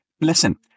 listen